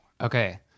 okay